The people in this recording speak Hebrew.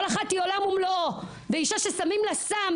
כל אחת היא עולם ומלואו ואישה ששמים לה סם